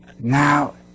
Now